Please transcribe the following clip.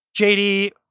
JD